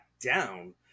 down